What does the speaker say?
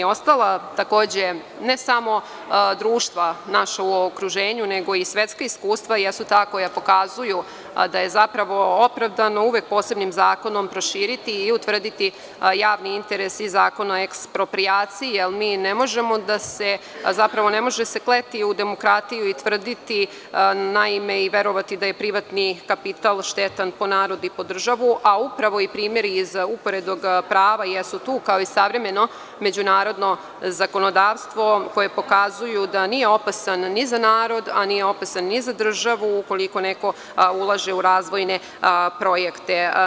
Ostala, ne samo društva u okruženju, nego i svetska iskustva jesu ta koja pokazuju da je uvek opravdano posebnim zakonom proširiti i utvrditi javni interes iz Zakona o eksproprijaciji, jer ne može se kleti u demokratiju i tvrditi i verovati da je privatni kapital štetan po narod i po državu, a upravo primeri iz uporednog prava jesu tu, kao i savremeno međunarodno zakonodavstvo, i pokazuju da nije opasan ni za narod, a ni za državu, ukoliko neko ulaže u razvojne projekte.